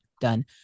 done